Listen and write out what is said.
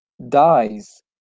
Dies